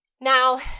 Now